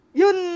yun